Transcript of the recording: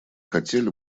хотели